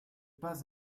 pas